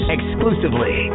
Exclusively